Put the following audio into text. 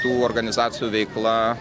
tų organizacijų veikla